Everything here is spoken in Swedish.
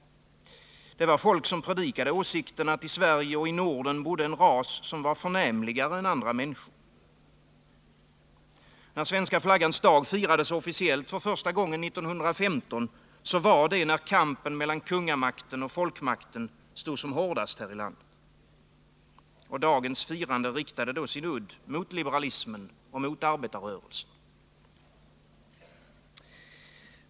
Det var folk som predikade åsikten att i Sverige och Norden bodde en ras, som var förnämligare än andra människor. Och när Svenska flaggans dag firades officiellt för första gången 1915, så var det när kampen mellan kungamakten och folkmakten stod som hårdast här i landet. Och dagens firande riktade då sin udd mot liberalismen och mot arbetarrörelsen.